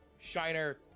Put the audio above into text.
Shiner